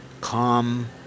calm